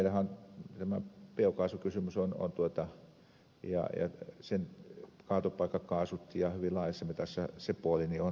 meillähän tämä biokaasukysymys sen kaatopaikkakaasut hyvin laajassa mitassa se puoli on hyödyntämättä